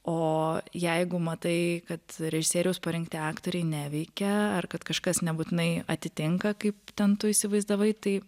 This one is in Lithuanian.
o jeigu matai kad režisieriaus parinkti aktoriai neveikia ar kad kažkas nebūtinai atitinka kaip ten tu įsivaizdavai tai